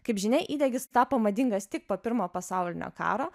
kaip žinia įdegis tapo madingas tik po pirmojo pasaulinio karo